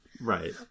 right